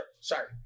Sorry